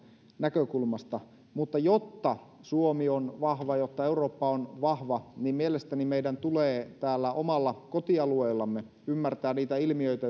näkökulmasta mutta jotta suomi on vahva jotta eurooppa on vahva niin mielestäni meidän tulee täällä omalla kotialueellamme ymmärtää niitä ilmiöitä